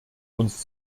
uns